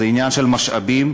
זה עניין של משאבים,